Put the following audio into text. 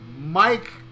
Mike